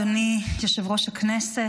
אדוני יושב-ראש הכנסת,